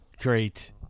Great